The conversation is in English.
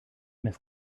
miss